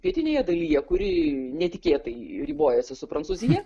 pietinėje dalyje kuri netikėtai ribojasi su prancūzija